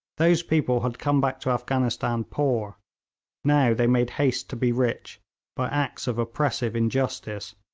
those people had come back to afghanistan poor now they made haste to be rich by acts of oppressive injustice,